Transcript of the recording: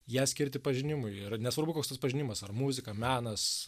ją skirti pažinimui ir nesvarbu koks tas pažinimas ar muzika menas